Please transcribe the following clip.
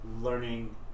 learning